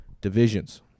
divisions